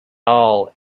all